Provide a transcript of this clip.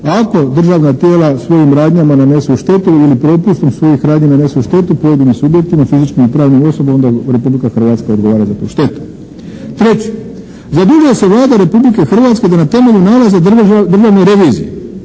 ako državna tijela svojim radnjama nanesu štetu ili propustom svojih radnji nanesu štetu pojedinim subjektima, fizičkim i pravnim osobama onda Republika Hrvatska odgovara za tu štetu. 3. Zadužuje se Vlada Republike Hrvatske da na temelju nalaza Državne revizije